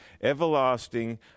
everlasting